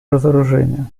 разоружению